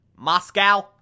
Moscow